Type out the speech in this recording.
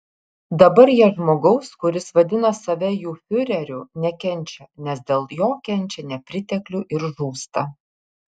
dabar jie žmogaus kuris vadina save jų fiureriu nekenčia nes dėl jo kenčia nepriteklių ir žūsta